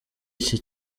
iki